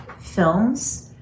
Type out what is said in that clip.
films